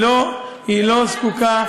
היא לא זקוקה,